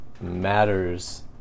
matters